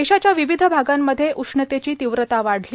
देशाच्या विविध भागांमध्ये उष्णतेची तीव्रता वाढली